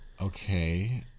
Okay